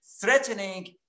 threatening